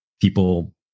people